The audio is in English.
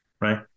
right